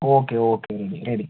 okay okay എങ്കിൽ ശരി